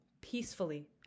peacefully